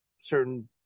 certain